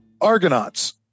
Argonauts